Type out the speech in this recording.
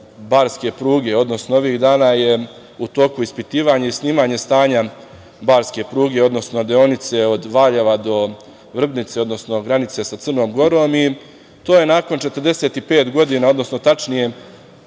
barske pruge, odnosno ovih dana je u toku ispitivanje i snimanje stanja barske pruge, odnosno deonice od Valjeva do Vrbnice, odnosno granice sa Crnom Gorom i to je nakon 45 godina, odnosno tačnije